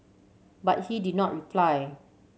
but he did not reply